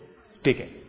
speaking